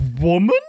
woman